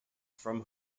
from